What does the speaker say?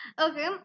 okay